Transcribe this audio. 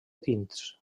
tints